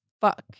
fuck